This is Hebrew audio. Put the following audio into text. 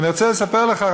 ואני רוצה לספר לך,